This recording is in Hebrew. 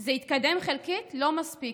זה התקדם חלקית, לא מספיק,